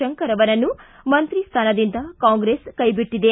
ಶಂಕರ್ ಅವರನ್ನು ಮಂತ್ರಿ ಸ್ಥಾನದಿಂದ ಕಾಂಗ್ರೆಸ್ ಕೈಬಿಟ್ಟದೆ